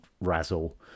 razzle